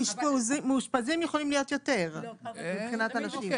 מאושפזים יכולים להיות יותר מבחינת אנשים.